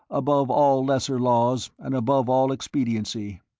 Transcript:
above all lesser laws and above all expediency.